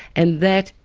and that,